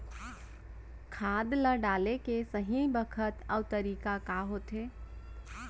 खाद ल डाले के सही बखत अऊ तरीका का होथे?